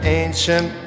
ancient